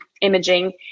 imaging